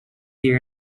year